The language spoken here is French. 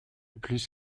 plus